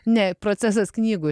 ne procesas knygų